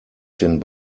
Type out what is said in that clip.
den